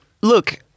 look